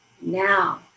Now